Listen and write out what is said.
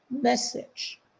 message